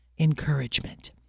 Encouragement